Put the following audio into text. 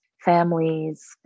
families